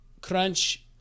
Crunch